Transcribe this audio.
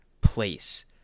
place